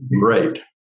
great